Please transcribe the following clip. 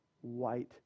white